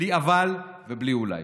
בלי "אבל" ובלי "אולי",